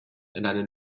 another